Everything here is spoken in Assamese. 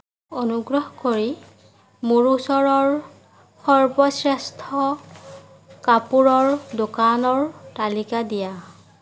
অনুগ্ৰহ কৰি মোৰ ওচৰৰ সৰ্বশ্ৰেষ্ঠ কাপোৰৰ দোকানৰ তালিকা দিয়া